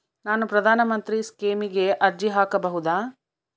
ನಾನು ಪ್ರಧಾನ ಮಂತ್ರಿ ಸ್ಕೇಮಿಗೆ ಅರ್ಜಿ ಹಾಕಬಹುದಾ?